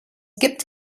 gibt